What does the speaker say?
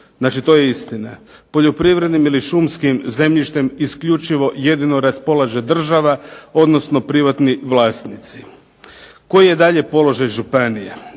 Znači, to je istina. Poljoprivrednim ili šumskim zemljištem isključivo jedino raspolaže država, odnosno privatni vlasnici. Koji je dalje položaj županija?